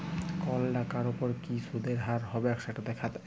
call টাকার উপর কি সুদের হার হবেক সেট দ্যাখাত